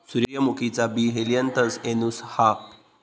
सूर्यमुखीचा बी Helianthus annuus हा